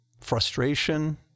frustration